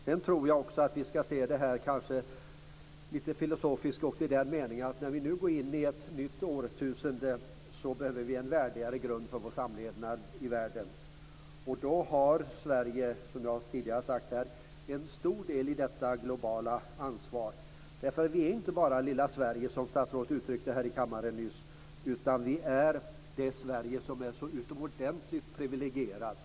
Jag tror också att vi skall se det här lite filosofiskt i den meningen att vi, när vi nu går in i ett nytt årtusende, behöver en värdigare grund för vår samlevnad i världen. Sverige har, som jag tidigare har sagt, en stor del i detta globala ansvar. Vi är inte bara lilla Sverige, som statsrådet uttryckte det nyss här i kammaren, utan vi är det Sverige som är så utomordentligt privilegierat.